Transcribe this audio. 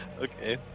Okay